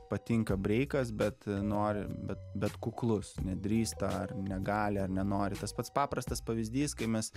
patinka breikas bet nori bet bet kuklus nedrįsta ar negali ar nenori tas pats paprastas pavyzdys kai mes